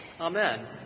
Amen